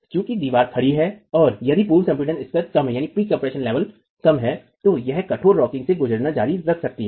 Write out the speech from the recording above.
चूंकि दीवार खड़ी है और यदि पूर्व संपीड़न स्तर कम है तो यह कठोर रॉकिंग से गुजरना जारी रख सकती है